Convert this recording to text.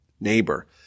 neighbor